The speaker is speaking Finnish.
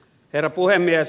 herra puhemies